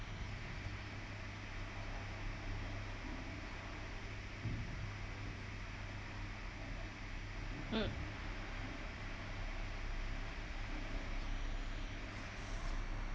mm